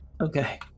Okay